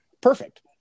perfect